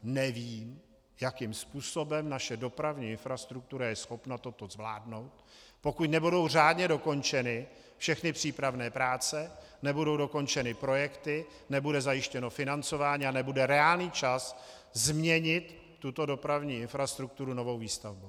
Nevím, jakým způsobem naše dopravní infrastruktura je schopna toto zvládnout, pokud nebudou řádně dokončeny všechny přípravné práce, nebudou dokončeny projekty, nebude zajištěno financování a nebude reálný čas změnit tuto dopravní infrastrukturu novou výstavbou.